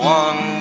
one